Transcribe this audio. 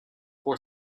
for